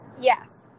Yes